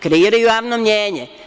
Kreiraju javno mnjenje.